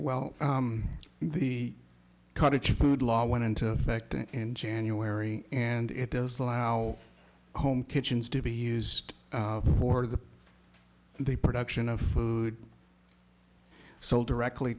well the cottage food law went into effect in january and it does allow home kitchens to be used for the the production of food sold directly